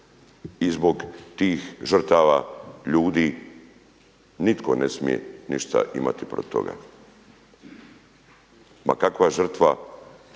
i zbog tih žrtava ljudi nitko ne smije ništa imati protiv toga. Ma kakva žrtva